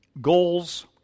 goals